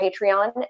Patreon